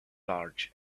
large